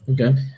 Okay